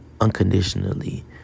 unconditionally